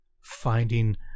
Finding